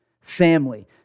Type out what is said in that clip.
family